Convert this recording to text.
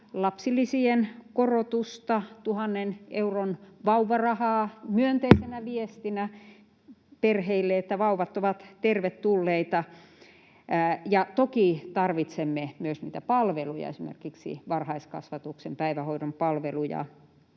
lapsilisien korotusta ja 1 000 euron vauvarahaa myönteisenä viestinä perheille, että vauvat ovat tervetulleita. Toki tarvitsemme myös niitä palveluja, esimerkiksi varhaiskasvatuksen, päivähoidon palveluja